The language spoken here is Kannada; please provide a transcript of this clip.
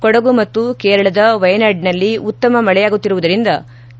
ಕೊಡಗು ಮತ್ತು ಕೇರಳದ ವೈನಾಡಿನಲ್ಲಿ ಉತ್ತಮ ಮಳೆಯಾಗುತ್ತಿರುವುದರಿಂದ ಕೆ